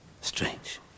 Strange